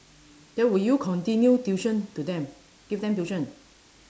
then will you continue tuition to them give them tuition